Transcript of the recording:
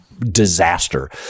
disaster